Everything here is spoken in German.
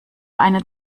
einen